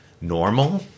normal